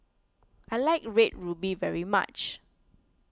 I like Red Ruby very much